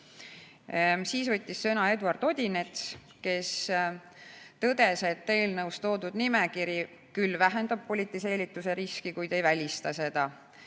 Siis võttis sõna Eduard Odinets, kes tõdes, et eelnõus toodud nimekiri küll vähendab politiseerituse riski, kuid ei välista seda.